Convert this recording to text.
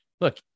look